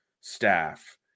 staff